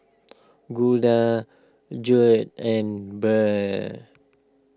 Glynda Judd and Brynn